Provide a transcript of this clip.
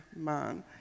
man